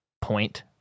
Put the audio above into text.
point